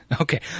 Okay